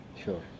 Sure